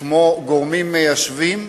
כמו גורמים מיישבים,